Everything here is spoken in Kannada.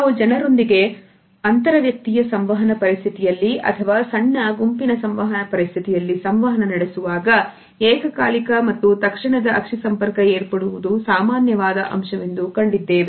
ನಾವು ಜನರೊಂದಿಗೆ ಅಂತರ ವ್ಯಕ್ತಿಯ ಸಂವಹನ ಪರಿಸ್ಥಿತಿಯಲ್ಲಿ ಅಥವಾ ಸಣ್ಣ ಗುಂಪಿನ ಸಂವಹನ ಪರಿಸ್ಥಿತಿಯಲ್ಲಿ ಸಂವಹನ ನಡೆಸುವಾಗ ಏಕಕಾಲಿಕ ಮತ್ತು ತಕ್ಷಣದ ಅಕ್ಷಿ ಸಂಪರ್ಕ ಏರ್ಪಡುವುದು ಸಾಮಾನ್ಯವಾದ ಅಂಶವೆಂದು ಕಂಡಿದ್ದೇವೆ